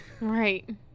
right